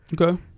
Okay